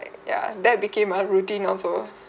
ya that became a routine also